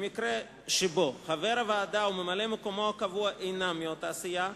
במקרה שחבר הוועדה וממלא-מקומו הקבוע אינם מאותה סיעה,